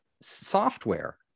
software